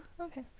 okay